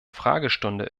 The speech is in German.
fragestunde